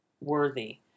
worthy